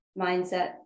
mindset